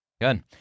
good